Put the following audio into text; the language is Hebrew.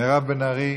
מירב בן ארי,